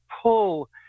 pull